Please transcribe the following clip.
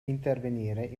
intervenire